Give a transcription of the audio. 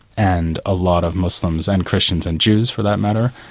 and a lot of muslims and christians and jews for that matter,